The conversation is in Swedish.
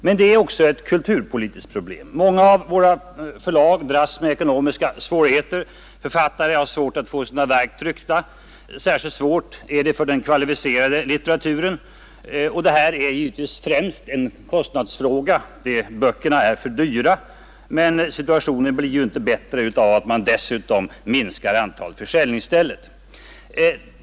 Men det är också ett kulturpolitiskt problem. Många av våra förlag dras med ekonomiska svårigheter. Författare har svårt att få sina verk tryckta. Särskilt svårt är det för den kvalificerade litteraturen. Detta är givetvis främst en kostnadsfråga — böckerna är för dyra. Men situationen blir ju inte bättre av att man dessutom minskar antalet försäljningsställen.